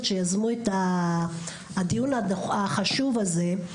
שיזמו את הדיון המאוד מאוד חשוב הזה.